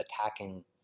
attacking